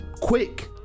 quick